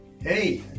Hey